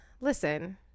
listen